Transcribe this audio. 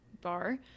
bar